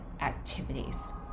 activities